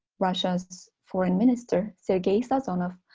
russia's foreign minister, sergei sazonov,